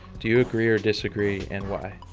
do you agree or disagree and why?